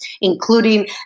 including